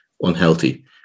unhealthy